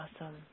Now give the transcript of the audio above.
Awesome